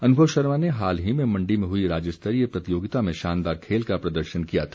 अनुभव शर्मा ने हाल ही में मण्डी में हुई राज्यस्तरीय प्रतियोगिता में शानदार खेल का प्रदर्शन किया था